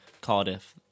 Cardiff